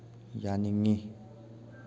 ꯌꯥꯅꯤꯡꯉꯤ